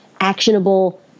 actionable